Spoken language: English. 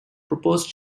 proposed